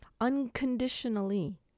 unconditionally